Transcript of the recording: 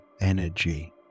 energy